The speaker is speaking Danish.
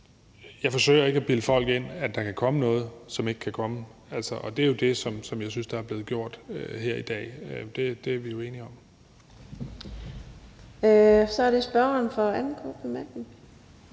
jeg forsøger ikke at bilde folk ind, at der kan komme noget, som ikke kan komme, og det er jo det, som jeg synes der er blevet gjort her i dag. Det er vi uenige om. Kl. 15:32 Fjerde næstformand